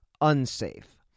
unsafe